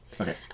Okay